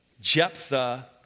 Jephthah